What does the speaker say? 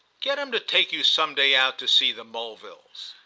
get him to take you some day out to see the mulvilles.